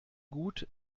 gut